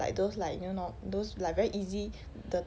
like those like you know nor~ those like very easy the